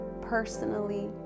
personally